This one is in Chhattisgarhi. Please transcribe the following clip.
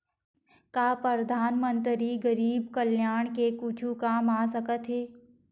का परधानमंतरी गरीब कल्याण के कुछु काम आ सकत हे